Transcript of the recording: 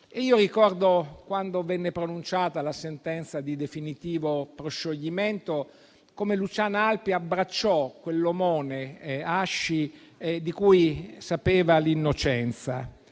e io ricordo, quando venne pronunciata la sentenza di definitivo proscioglimento, come Luciana Alpi abbracciò quell'omone, *Hashi* Omar Hassan, che sapeva innocente.